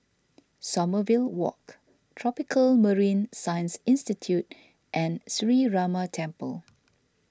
Sommerville Walk Tropical Marine Science Institute and Sree Ramar Temple